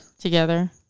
Together